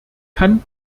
kann